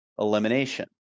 elimination